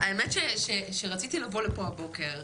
האמת היא שרציתי לבוא לפה הבוקר,